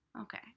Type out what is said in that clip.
okay